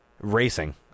racing